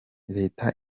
leta